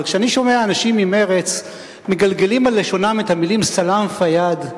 כשאני שומע אנשים ממרצ מגלגלים על לשונם את המלים "סלאם פיאד",